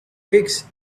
fix